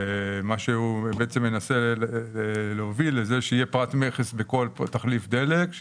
מה שחבר הכנסת מנסה להוביל זה לזה שבעצם יהיה פרט מכס בכל תחליף דלק,